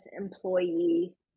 employee